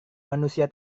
manusia